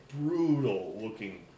brutal-looking